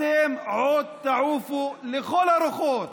אתם עוד תעופו לכל הרוחות,